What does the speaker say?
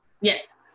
yes